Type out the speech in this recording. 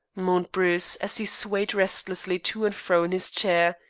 moaned bruce, as he swayed restlessly to and fro in his chair,